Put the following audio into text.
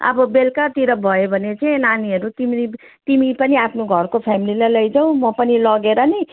अब बेलुकातिर भयो भने चाहिँ नानीहरू तिम्री तिमी पनि आफ्नो घरको फ्यामिलीलाई लैजाऊ म पनि लगेर नि